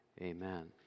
Amen